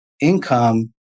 income